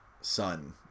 son